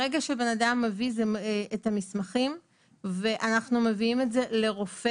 ברגע שהבן אדם מביא את המסמכים אנחנו מביאים את זה לרופא,